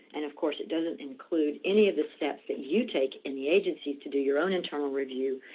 and of course, it doesn't include any of the steps that you take in the agency to do your own internal review,